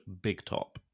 BIGTOP